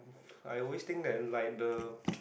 I always think that like the